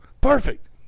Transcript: perfect